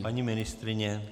Paní ministryně?